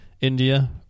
India